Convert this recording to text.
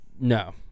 No